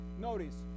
Notice